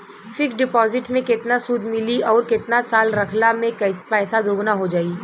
Fix deposit मे केतना सूद मिली आउर केतना साल रखला मे पैसा दोगुना हो जायी?